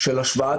בהשוואת